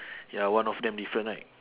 ya one of them different right